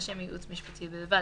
לשם ייעוץ משפטי בלבד,